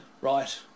right